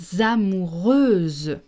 amoureuse